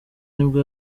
nibwo